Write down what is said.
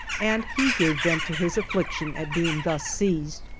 and he gave vent to his affliction at being thus seized,